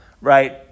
right